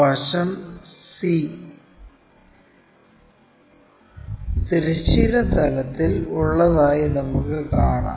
വശം C തിരശ്ചീന തലത്തിൽ horizontal plane0 ഉള്ളതായി നമുക്ക് കാണാം